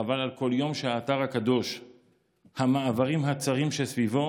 חבל על כל יום שהאתר הקדוש והמעברים הצרים שסביבו